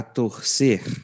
torcer